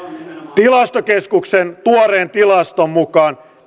tilastokeskuksen tuoreen tilaston mukaan